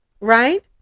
right